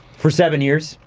for seven years.